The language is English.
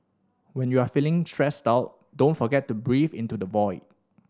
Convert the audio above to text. when you are feeling stressed out don't forget to breathe into the void